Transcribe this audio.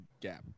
Gap